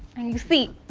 and you see.